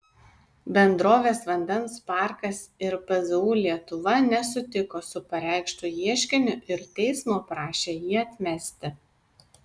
bendrovės vandens parkas ir pzu lietuva nesutiko su pareikštu ieškiniu ir teismo prašė jį atmesti